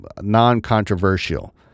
non-controversial